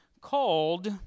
called